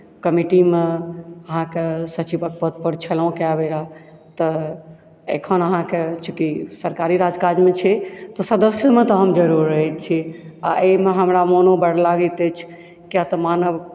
कमीटीमे अहाँके सचिवक पद पर छलहुँ कए बेरा तऽ एखन अहाँके चूँकि सरकारी राजकाजमे छी तऽ सदस्यमे तऽ हम जरूर रहैत छी आओर एहिमे हमरा मोनो बड्ड लागैत अछि किया तऽ मानव